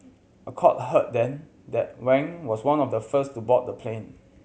a court heard then that Wang was one of the first to board the plane